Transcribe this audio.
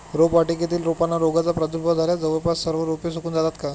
रोपवाटिकेतील रोपांना रोगाचा प्रादुर्भाव झाल्यास जवळपास सर्व रोपे सुकून जातात का?